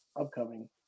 Upcoming